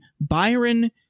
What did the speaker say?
Byron